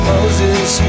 Moses